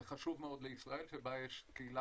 זה חשוב מאוד לישראל שבה יש קהילה